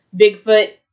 Bigfoot